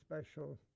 special